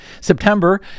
September